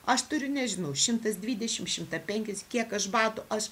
aš turiu nežinau šimtas dvidešim šimtą penkis kiek aš batų aš